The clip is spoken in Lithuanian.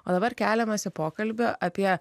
o dabar keliamasi pokalbį apie